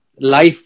Life